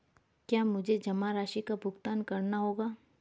क्या मुझे जमा राशि का भुगतान करना होगा?